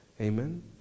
Amen